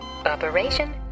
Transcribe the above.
Operation